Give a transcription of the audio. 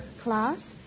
class